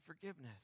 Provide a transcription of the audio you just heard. forgiveness